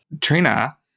Trina